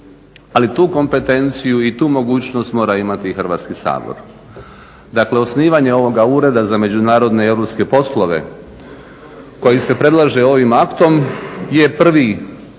ali tu kompetenciju i tu mogućnost mora imati i Hrvatski sabor. Dakle, osnivanje ovoga Ureda za međunarodne i europske poslove koji se predlaže ovim aktom je prvi